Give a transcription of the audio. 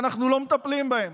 ואנחנו לא מטפלים בהם.